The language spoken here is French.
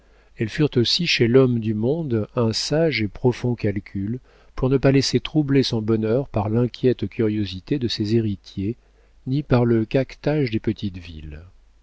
elles furent aussi chez l'homme du monde un sage et profond calcul pour ne pas laisser troubler son bonheur par l'inquiète curiosité de ses héritiers ni par le caquetage des petites villes